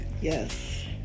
Yes